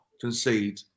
concede